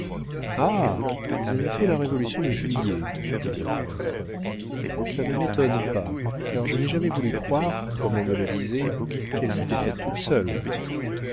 vous avez fait la révolution de juillet dit le peintre ça ne m'étonne pas car je n'ai jamais voulu croire comme on me le disait qu'elle s'était faite toute seule